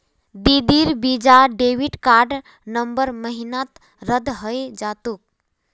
दीदीर Visa debit card नवंबर महीनात रद्द हइ जा तोक